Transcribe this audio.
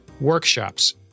workshops